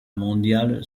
mondiale